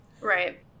right